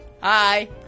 Hi